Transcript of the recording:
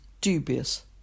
dubious